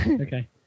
Okay